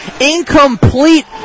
Incomplete